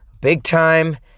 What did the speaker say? big-time